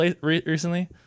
recently